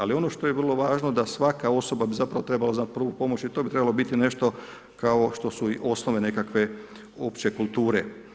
Ali ono što je vrlo važno da svaka osoba bi zapravo trebala znati prvu pomoć i to bi trebalo biti nešto kao što su i osnove nekakve opće kulture.